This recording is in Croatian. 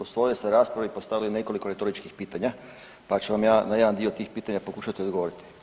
U svojoj ste raspravi postavili nekoliko retoričkih pitanja pa ću vam na jedan dio tih pitanja pokušati odgovoriti.